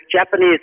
Japanese